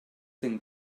thing